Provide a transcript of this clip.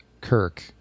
Kirk